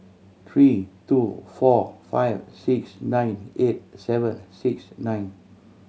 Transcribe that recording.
three two four five six nine eight seven six nine